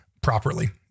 properly